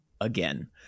again